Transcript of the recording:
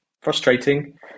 frustrating